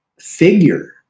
figure